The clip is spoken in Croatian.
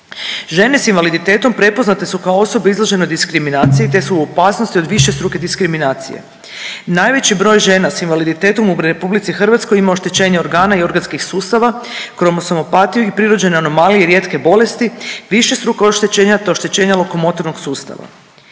Žene sa invaliditetom prepoznate su kao osobe izložene diskriminaciji, te su u opasnosti od višestruke diskriminacije. Najveći broj žena sa invaliditetom u Republici Hrvatskoj ima oštećenje organa i organskih sustava, kromosomopatiju i prirođene anomalije, rijetke bolesti, višestruka oštećenja, te oštećenja lokomotornog sustava.